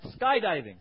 skydiving